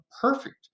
perfect